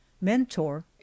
Mentor